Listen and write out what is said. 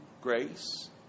Grace